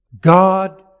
God